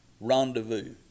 Rendezvous